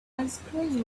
unscrewing